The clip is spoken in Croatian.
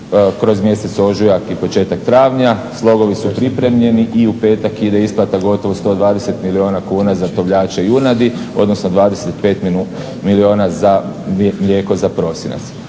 kroz mjesec ožujak i početak travnja. Slogovi su pripremljeni i u petak ide isplata gotovo 120 milijuna kuna za tovljače junadi odnosno 25 milijuna za mlijeko za prosinac.